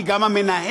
כי גם המנהל,